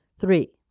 Three